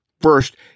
First